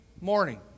morning